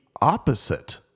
opposite